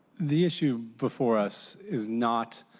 the issue before us is not